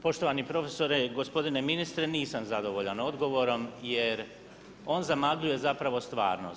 Poštovani profesore, gospodine ministre, nisam zadovoljan odgovorom jer on zamagljuje zapravo stvarnost.